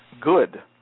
Good